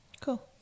cool